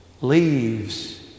Leaves